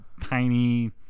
tiny